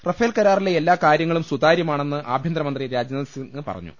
Rafale കരാറിലെ എല്ലാ കാര്യങ്ങളും സുതാര്യമാണെന്ന് ആഭ്യന്ത രമന്ത്രി രാജ്നാഥ് സിംഗ് പറഞ്ഞു